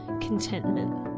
contentment